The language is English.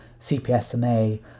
CPSMA